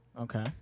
Okay